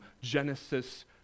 Genesis